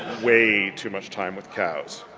way to much time with cows.